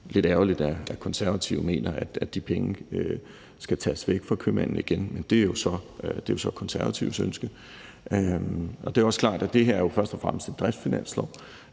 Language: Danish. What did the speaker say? lidt ærgerligt, at De Konservative mener, at de penge skal tages væk fra købmændene igen, men det er jo så De Konservatives ønske. Det er også klart, at det her jo først og fremmest er en driftsfinanslov